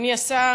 אדוני השר,